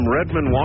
Redmond